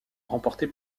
remporté